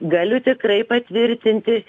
galiu tikrai patvirtinti